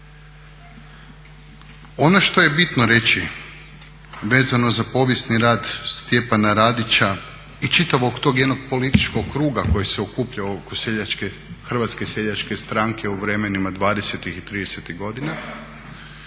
Ono što je bitno reći vezano za povijesni rad Stjepana Radića i čitavog tog jednog političkog kruga koji se okuplja oko Hrvatske seljačke stranke u vremenima dvadesetih